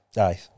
Aye